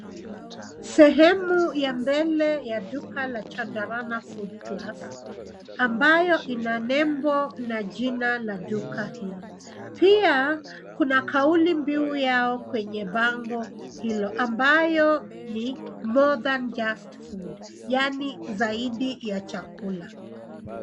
Sehemu ya mbele ya duka la Chandarana Foodplus, ambayo ina nembo na jina la duka hilo. Pia, kuna kauli mbiu kwenye bango hilo, ambayo ni more than just food , yaani zaidi ya chakula.